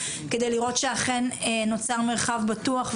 כדי לראות שאכן נוצר מרחב בטוח,